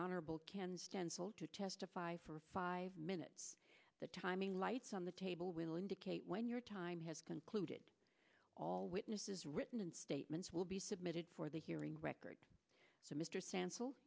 stencil to testify for five minutes the timing lights on the table will indicate when your time has concluded all witnesses written statements will be submitted for the hearing record to mr stansel